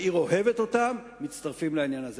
שהעיר אוהבת אותם, מצטרפים לעניין הזה.